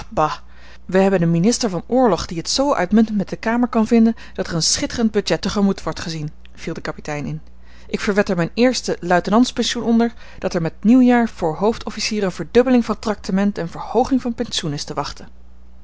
wij hebben een minister van oorlog die het zoo uitmuntend met de kamer kan vinden dat er een schitterend budget te gemoet wordt gezien viel de kapitein in ik verwed er mijn eerste luitenants pensioen onder dat er met nieuwjaar voor hoofdofficieren verdubbeling van tractement en verhooging van pensioen is te wachten